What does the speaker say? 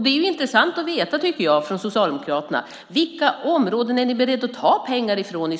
Det är intressant att veta vilka områden Socialdemokraterna är beredda att ta pengar från